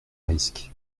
risque